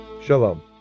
Shalom